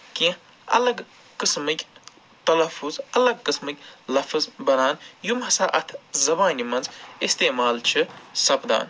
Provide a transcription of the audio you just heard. کیٚنہہ اَلگ قٕسمٕکۍ تَلَفُظ اَلگ قٔسمٕکۍ بَنان یِم ہسا اَتھ زَبانہِ منٛز اِستعمال چھِ سَپدان